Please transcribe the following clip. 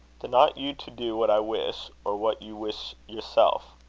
then, ought you to do what i wish, or what you wish yourself?